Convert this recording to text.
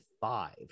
five